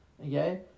okay